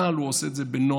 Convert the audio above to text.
אבל הוא עושה את זה בנועם,